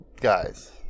Guys